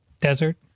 Desert